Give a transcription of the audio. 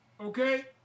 Okay